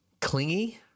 clingy